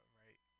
right